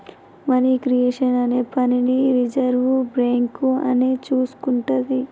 money creation అనే పనిని reserve bank అని చూసుకుంటాది